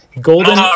Golden